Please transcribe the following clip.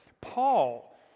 Paul